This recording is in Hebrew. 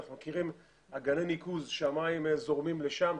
אנחנו מכירים אגני ניקוז שהמים זורמים לשם.